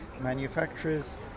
manufacturers